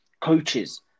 coaches